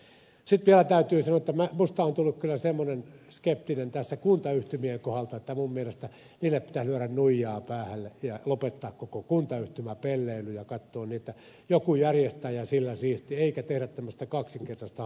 sitten vielä täytyy sanoa että minusta on tullut kyllä semmoinen skeptinen tässä kuntayhtymien kohdalla että minun mielestäni niille pitäisi lyödä nuijaa päähän ja lopettaa koko kuntayhtymäpelleily ja katsoa niin että joku järjestää ja sillä siisti eikä tehdä tämmöistä kaksinkertaista hallintoa